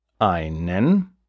einen